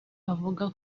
avuga